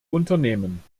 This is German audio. unternehmen